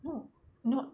no no